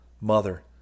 Mother